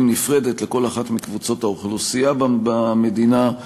נפרדת לכל אחת מקבוצות האוכלוסייה במדינה,